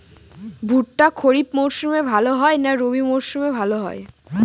ভুট্টা খরিফ মৌসুমে ভাল হয় না রবি মৌসুমে ভাল হয়?